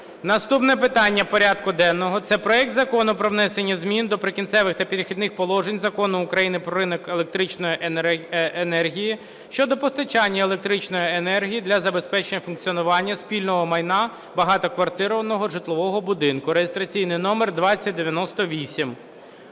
Наступне питання порядку денного – це проект Закону про внесення змін до Прикінцевих та перехідних положень Закону України "Про ринок електричної енергії" щодо постачання електричної енергії для забезпечення функціонування спільного майна багатоквартирного житлового будинку (реєстраційний номер 2098).